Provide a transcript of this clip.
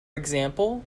example